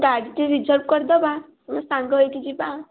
ଗାଡ଼ିଟେ ରିଜର୍ଭ୍ କରିଦେବା ସାଙ୍ଗ ହେଇକି ଯିବା